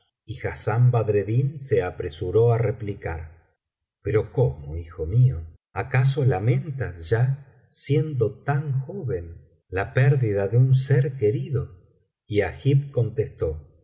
y hassán badreddin se apresuró á replicar pero cómo hijo mío acaso lamentas ya siendo tan joven la pérdida de un ser biblioteca valenciana generalitat valenciana historia del visir nuréddiñ querido y agib contestó oh